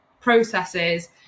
processes